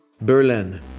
Berlin